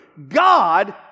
God